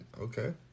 okay